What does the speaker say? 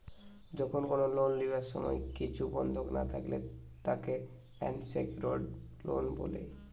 যখন কোনো লোন লিবার সময় কিছু বন্ধক না থাকলে তাকে আনসেক্যুরড লোন বলে